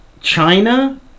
China